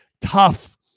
tough